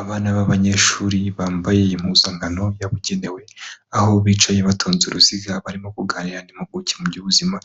Abana b'abanyeshuri bambaye impuzankano yabugenewe, aho bicaye batonze uruziga barimo kuganira n'impuguke mu by'ubuzima,